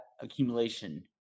accumulation